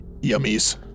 yummies